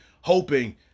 hoping